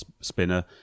spinner